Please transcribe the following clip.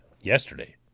yesterday